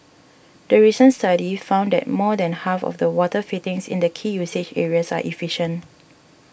the recent study found that more than half of the water fittings in the key usage areas are efficient